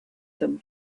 them